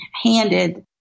handed